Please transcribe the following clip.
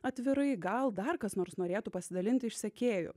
atvirai gal dar kas nors norėtų pasidalinti iš sekėjų